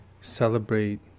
celebrate